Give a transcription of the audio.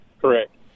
Correct